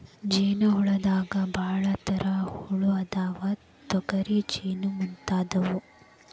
ಜೇನ ಹುಳದಾಗ ಭಾಳ ತರಾ ಹುಳಾ ಅದಾವ, ತೊಗರಿ ಜೇನ ಮುಂತಾದವು